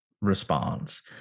response